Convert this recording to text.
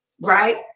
Right